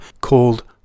called